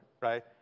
right